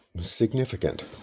significant